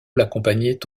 l’accompagnait